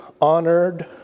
honored